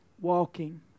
Walking